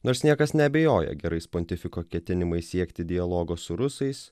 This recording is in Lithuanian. nors niekas neabejoja gerais pontifiko ketinimais siekti dialogo su rusais